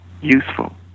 useful